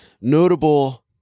notable